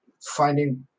finding